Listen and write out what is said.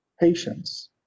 patience